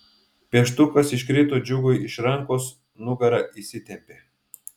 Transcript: pieštukas iškrito džiugui iš rankos nugara įsitempė